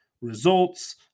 results